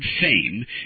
fame